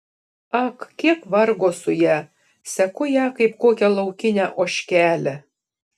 ak kiek vargo su ja seku ją kaip kokią laukinę ožkelę